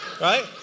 Right